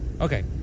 Okay